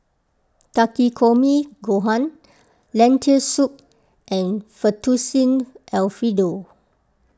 Takikomi Gohan Lentil Soup and Fettuccine Alfredo